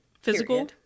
physical